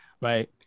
Right